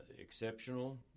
exceptional